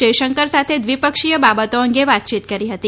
જયશંકર સાથે દ્વિપક્ષીય બાબતો અંગે વાતચીત કરી હતી